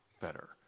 better